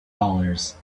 dollars